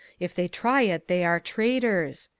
if they try it they are traitors.